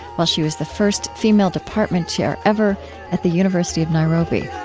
while she was the first female department chair ever at the university of nairobi